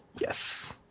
Yes